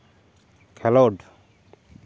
ᱠᱷᱮᱞᱳᱰ